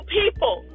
people